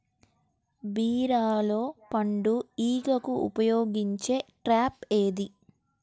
బీరలో పండు ఈగకు ఉపయోగించే ట్రాప్ ఏది?